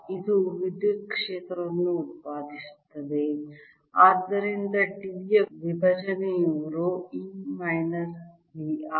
ಇದು ವಿದ್ಯುತ್ ಕ್ಷೇತ್ರವನ್ನು ಉತ್ಪಾದಿಸುತ್ತದೆ ಆದ್ದರಿಂದ D ಯ ವಿಭಜನೆಯು rho E minus V r